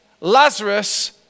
Lazarus